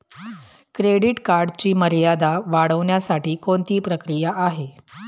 Credit कार्डची मर्यादा वाढवण्यासाठी कोणती प्रक्रिया आहे?